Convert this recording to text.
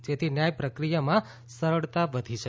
જેથી ન્યાય પ્રક્રિયામાં સરળતા વધી છે